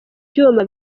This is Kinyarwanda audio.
byuma